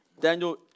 Daniel